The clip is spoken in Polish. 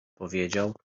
powiedział